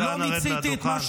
נא לרדת מהדוכן.